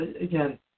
again